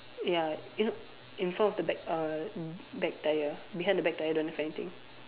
ya eh no in front of the back uh back tyre behind the back tyre don't have anything